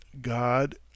God